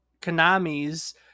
Konami's